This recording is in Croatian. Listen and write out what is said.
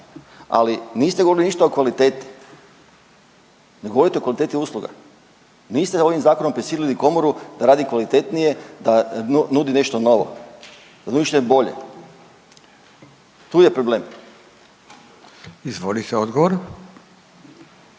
ali niste govorili ništa o kvaliteti. Ne govorite o kvaliteti usluga, niste ovim zakonom prisili komoru da radi kvalitetnije da nudi nešto novo …/nerazumljivo/… bolje, tu je problem. **Radin, Furio